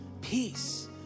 peace